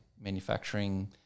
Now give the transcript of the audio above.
manufacturing